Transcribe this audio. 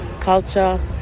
culture